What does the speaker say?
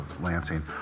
Lansing